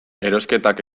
erosketak